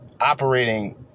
operating